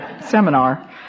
seminar